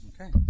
Okay